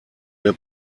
der